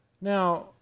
now